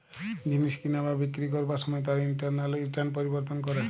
জিনিস কিনা বা বিক্রি করবার সময় তার ইন্টারনাল রিটার্ন পরিবর্তন করে